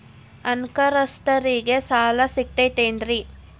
ಅನಕ್ಷರಸ್ಥರಿಗ ಸಾಲ ಸಿಗತೈತೇನ್ರಿ?